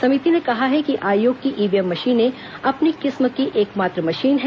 समिति ने कहा है कि आयोग की ईवीएम मशीनें अपनी किस्म की एकमात्र मशीन हैं